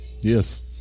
Yes